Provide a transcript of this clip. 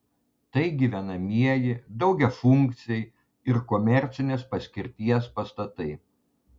tai gyvenamieji daugiafunkciai ir komercinės paskirties pastatai